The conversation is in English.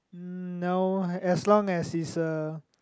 uh no as long as it's a